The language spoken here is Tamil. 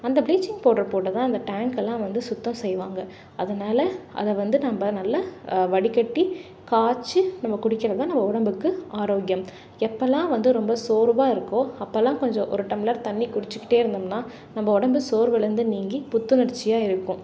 அந்த ப்ளீச்சிங் பௌட்ர் போட்டு தான் அந்த டேங்க்கெல்லாம் வந்து சுத்தம் செய்வாங்க அதனால் அதை வந்து நம்ம நல்லா வடிக்கட்டி காய்ச்சி நம்ம குடிக்கிறது தான் நம்ம உடம்புக்கு ஆரோக்கியம் எப்பெல்லாம் வந்து ரொம்ப சோர்வாக இருக்கோ அப்பெல்லாம் கொஞ்சம் ஒரு டம்ளர் தண்ணி குடிச்சிக்கிட்டே இருந்தோம்னா நம்ம உடம்பு சோர்வுலிருந்து நீங்கி புத்துணர்ச்சியாக இருக்கும்